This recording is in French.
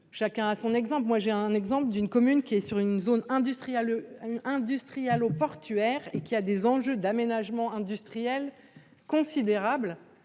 Chacun a son exemple, moi j'ai un exemple d'une commune qui est sur une zone industrielle. Industrie allô portuaire et qui a des enjeux d'aménagement industriel considérable